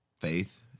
faith